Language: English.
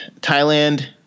Thailand